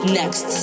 next